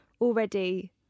already